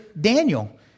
Daniel